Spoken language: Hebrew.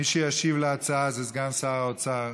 מי שישיב על ההצעה זה סגן שר האוצר